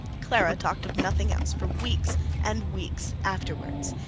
clara talked of nothing else for weeks and weeks afterwards.